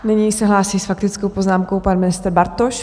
Nyní se hlásí s faktickou poznámkou pan ministr Bartoš.